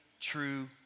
true